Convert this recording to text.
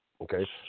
Okay